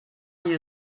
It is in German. hier